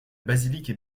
basilique